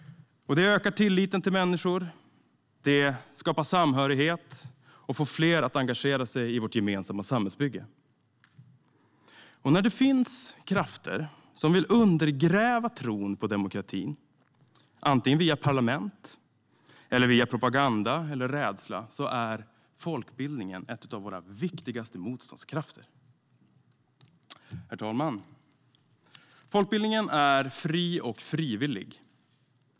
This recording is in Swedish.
Det ökar tilliten till människor, skapar samhörighet och får fler att engagera sig i vårt gemensamma samhällsbygge. När det finns krafter som vill undergräva tron på demokratin, antingen via parlament eller via propaganda eller rädsla, är folkbildningen en av våra viktigaste motståndskrafter. Herr talman! Folkbildningen är fri och frivillig.